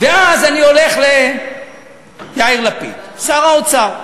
אז אני הולך ליאיר לפיד, שר האוצר.